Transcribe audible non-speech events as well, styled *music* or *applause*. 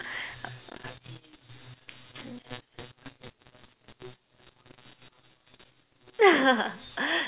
*laughs*